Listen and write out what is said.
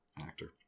actor